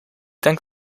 denk